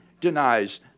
denies